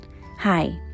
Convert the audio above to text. Hi